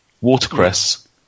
watercress